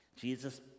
Jesus